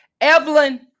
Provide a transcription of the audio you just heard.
Evelyn